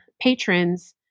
patrons